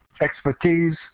expertise